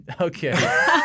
okay